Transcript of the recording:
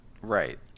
Right